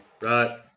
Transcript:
Right